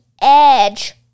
edge